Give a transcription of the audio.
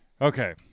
Okay